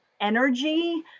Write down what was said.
energy